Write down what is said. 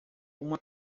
uma